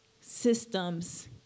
systems